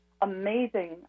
amazing